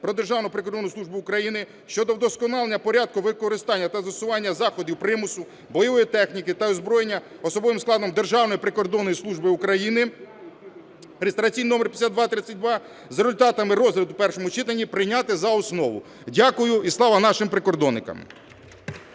"Про Державну прикордонну службу України" щодо вдосконалення порядку використання та застосування заходів примусу, бойової техніки та озброєння особовим складом Державної прикордонної служби України (реєстраційний номер 5232) за результатами розгляду в першому читанні прийняти за основу. Дякую. І слава нашим прикордонникам!